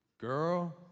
girl